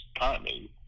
currently